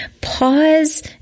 pause